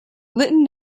litton